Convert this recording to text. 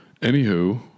Anywho